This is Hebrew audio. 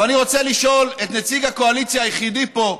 אבל אני רוצה לשאול את נציג הקואליציה היחידי פה,